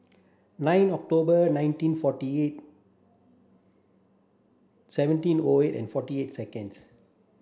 nine October nineteen forty eight seventeen O eight and forty eight seconds